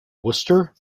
wooster